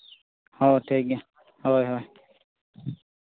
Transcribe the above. ᱦᱳᱭ ᱴᱷᱤᱠ ᱜᱮᱭᱟ ᱦᱳᱭ ᱦᱳᱭ